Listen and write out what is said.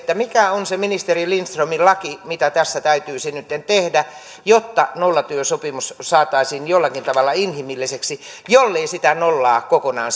mikä on se ministeri lindströmin laki mitä tässä täytyisi nytten tehdä jotta nollatyösopimus saataisiin jollakin tavalla inhimilliseksi jollei sitä nollaa kokonaan